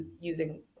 using